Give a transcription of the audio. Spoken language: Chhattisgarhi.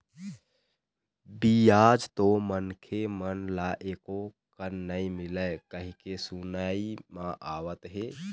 बियाज तो मनखे मन ल एको कन नइ मिलय कहिके सुनई म आवत हे